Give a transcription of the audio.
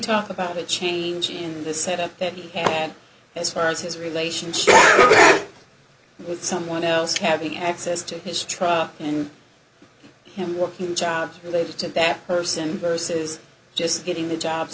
talk about a change in the set up and as far as his relationship with someone else having access to his truck and him working two jobs related to that person versus just getting the job